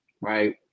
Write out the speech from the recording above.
right